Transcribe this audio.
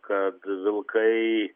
kad vilkai